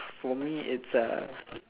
for me it's uh